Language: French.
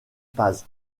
paz